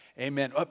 Amen